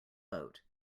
boat